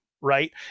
right